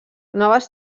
noves